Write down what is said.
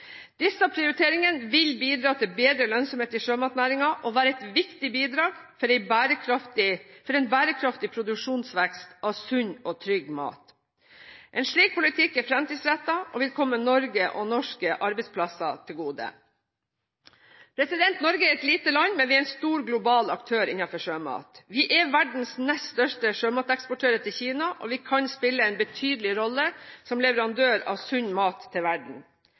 Disse prioriteringene vil bidra til bedret lønnsomhet i sjømatnæringen og være et viktig bidrag til en bærekraftig produksjonsvekst av sunn og trygg mat. En slik politikk er fremtidsrettet og vil komme Norge og norske arbeidsplasser til gode. Norge er et lite land, men vi er en stor global aktør innen sjømat. Vi er verdens nest største sjømateksportør – etter Kina – og vi kan spille en betydelig rolle som leverandør av sunn mat til